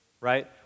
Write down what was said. right